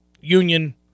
Union